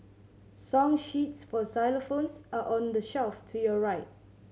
song sheets for xylophones are on the shelf to your right